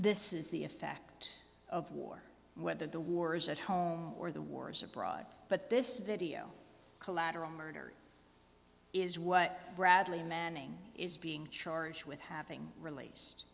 this is the effect of war whether the wars at home or the wars abroad but this video collateral murder is what bradley manning is being charged with having released